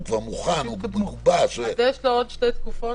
הוא כבר מגובש ומוכן --- אז יש לו עוד שתי תקופות.